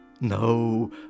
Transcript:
No